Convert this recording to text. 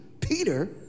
Peter